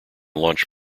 launch